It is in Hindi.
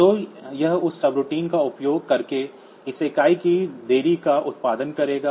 तो यह उस सबरूटीन का उपयोग करके एक इकाई की देरी का उत्पादन करेगा